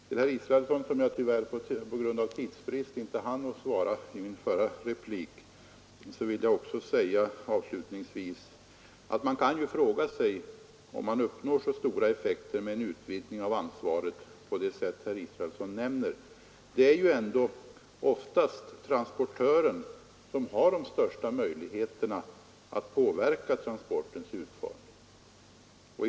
Till herr Israelsson, som jag på grund av tidsbrist tyvärr inte hann svara i min förra replik, vill jag säga att man kan fråga sig om man uppnår så stora effekter med en utvidgning av ansvaret på det sätt som herr Israelsson nämner. Det är ju ändå oftast transportören som har de största möjligheterna att påverka transportens utformning.